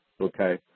Okay